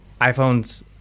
iPhones